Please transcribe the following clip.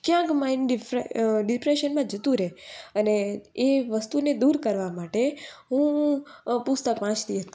ક્યાંક માઇન્ડ ડિપ્રેશનમાં જતું રહે અને એ વસ્તુને દૂર કરવા માટે હું પુસ્તક વાંચતી